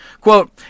Quote